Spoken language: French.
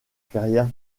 carrière